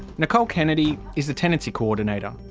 nicole kennedy is the tenancy coordinator.